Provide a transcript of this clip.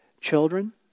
children